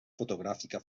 fotogràfica